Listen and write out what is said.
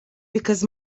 because